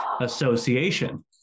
association